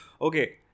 Okay